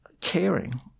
caring